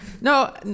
No